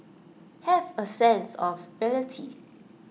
have A sense of reality